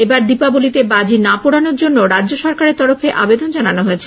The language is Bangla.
এবার দীপাবলিতে বাজি না পোড়ানোর জন্যও রাজ্য সরকারের তরফে আবেদন জানানো হয়েছে